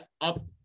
up